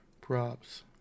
props